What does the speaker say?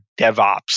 DevOps